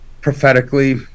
Prophetically